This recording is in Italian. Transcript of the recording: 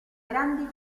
grandi